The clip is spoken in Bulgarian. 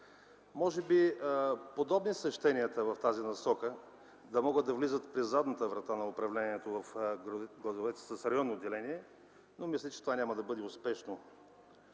Може би подобни са щенията в тази насока – да могат да влизат през задната врата на управлението в градовете с районно деление, но мисля, че това няма да бъде успешно.